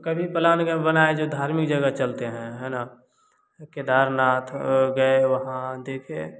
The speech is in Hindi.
कभी प्लान बनाए धार्मिक जगह चलते हैं है ना केदारनाथ हो गए वहाँ देखें